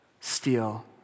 steal